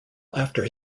after